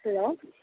hello